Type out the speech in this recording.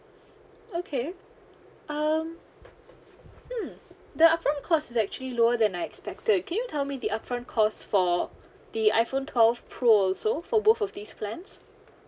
okay um hmm the upfront cost is actually lower than I expected can you tell me the upfront cost for the iphone twelve pro also for both of these plans